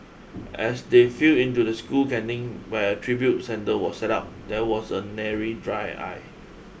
as they filled into the school canteen where a tribute centre was set up there was a nary dry eye